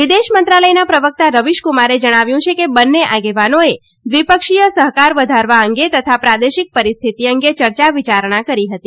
વિદેશ મંત્રાલયના પ્રવક્તા રવિશક્રમારે જણાવ્યું છે કે બંને આગેવાનોએ દ્વિપક્ષીય સહકાર વધારવા અંગે તથા પ્રાદેશિક પરિસ્થિતિ અંગે ચર્ચા વિચારણા કરી હતી